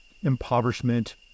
impoverishment